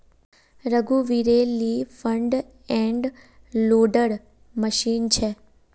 रघुवीरेल ली front end loader machine छेक